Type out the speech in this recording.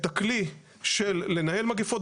את הכלי של לנהל מגפות,